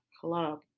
club